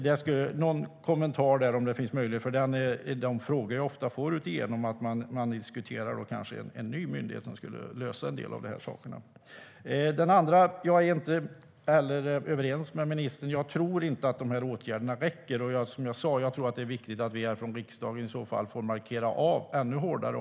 Jag skulle vilja få en kommentar till detta, om det finns möjlighet, för det är frågor jag ofta får utifrån att man diskuterar en ny myndighet som skulle lösa en del av de här sakerna. Jag är inte heller överens med ministern; jag tror inte att dessa åtgärder räcker. Som jag sa tror jag att det är viktigt att vi från riksdagen i så fall markerar ännu hårdare.